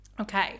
Okay